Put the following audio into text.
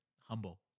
Humble